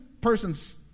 person's